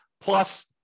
plus